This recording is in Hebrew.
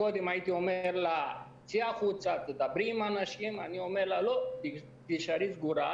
קודם כול אני אתאר בקצרה במס' שניות את השגרה,